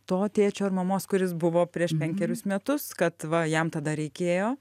to tėčio ar mamos kuris buvo prieš penkerius metus kad va jam tada reikėjo